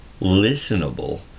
listenable